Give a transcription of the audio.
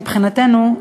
מבחינתנו,